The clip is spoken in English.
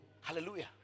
Hallelujah